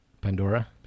Pandora